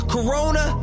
Corona